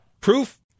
Proof